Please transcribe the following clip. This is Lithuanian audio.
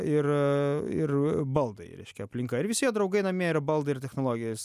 ir ir baldai reiškia aplinka ir visi jo draugai namie yra baldai ir technologijos